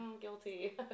Guilty